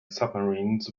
submarines